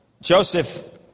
Joseph